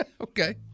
Okay